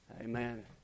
Amen